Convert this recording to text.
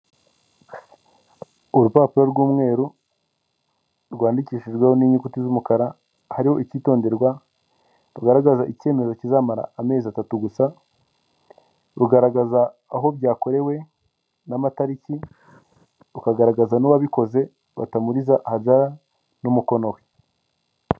Urupapuro rw'umweru rwandikishijweho n'inyuguti z'umukara hariho ikitonderwa rugaragaza icyemezo kizamara amezi atatu gusa rugaragaza aho byakorewe n'amatariki rukagaragaza n'uwabikoze batamuriza hadara n'umukono we .